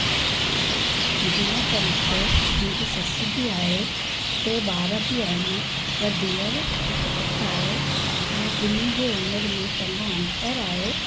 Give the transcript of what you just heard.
जीअं त मूंखे मुंहिंजी ससु बि आहे टे ॿार बि आहिनि ॿ धीअरूं हिकु पुटु आहे उहो ॿिनि जे उमिरि में चङो अंतर आहे